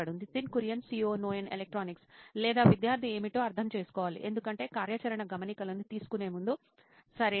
Nitin Kurian COO నోయిన్ electronics లేదా విద్యార్థి ఏమిటో అర్థం చేసుకోవాలి ఎందుకంటే కార్యాచరణ గమనికలను తీసుకునే ముందు సరేనా